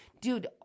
dude